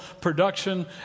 production